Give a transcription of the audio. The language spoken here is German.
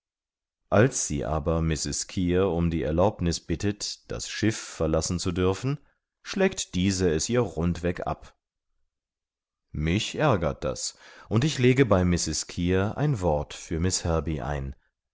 als sie aber mrs kear um die erlaubniß bittet das schiff verlassen zu dürfen schlägt diese es ihr rundweg ab mich ärgert das und ich lege bei mrs kear ein wort für miß herbey ein